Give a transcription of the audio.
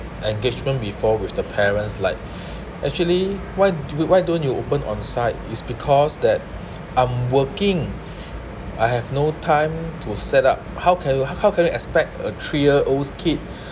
engagement before with the parents like actually why do you why don't you open on site is because that I'm working I have no time to set up how can you how come can you expect a three-year-olds kid